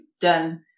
done